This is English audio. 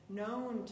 known